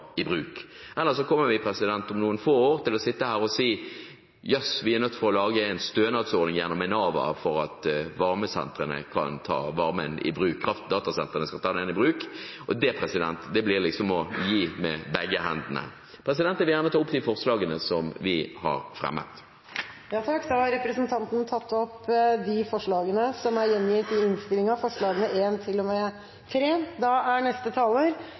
i bruk – ellers kommer vi om noen få år til å sitte her og si: Jøss, vi er nødt til å lage en stønadsordning gjennom Enova, slik at datasentrene kan ta varmen i bruk. Det blir liksom som å gi med begge hendene. Jeg vil gjerne ta opp de to forslagene SV står alene om i innstillingen, og det forslaget som SV har sammen med Miljøpartiet De Grønne. Representanten Heikki Eidsvoll Holmås har tatt opp de forslagene han refererte til. Diskusjonen i dag er viktig fordi den i høyeste grad er